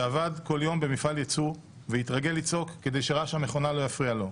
שעבד כל יום במפעל יצוא והתרגל לצעוק כדי שרעש המכונה לא יפריע לו.